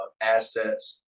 assets